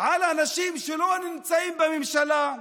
לאנשים שלא נמצאים בממשלה,